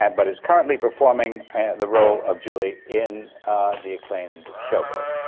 um but is currently performing the role of julie in the acclaimed show boat.